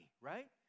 right